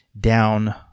down